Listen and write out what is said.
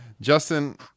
Justin